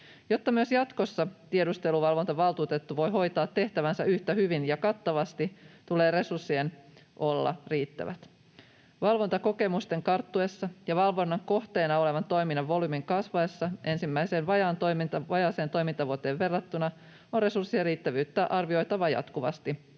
Jotta myös jatkossa tiedusteluvalvontavaltuutettu voi hoitaa tehtävänsä yhtä hyvin ja kattavasti, tulee resurssien olla riittävät. Valvontakokemusten karttuessa ja valvonnan kohteena olevan toiminnan volyymin kasvaessa ensimmäiseen vajaaseen toimintavuoteen verrattuna on resurssien riittävyyttä arvioitava jatkuvasti,